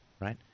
right